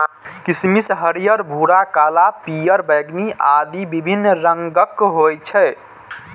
किशमिश हरियर, भूरा, काला, पीयर, बैंगनी आदि विभिन्न रंगक होइ छै